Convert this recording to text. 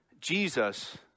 Jesus